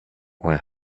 when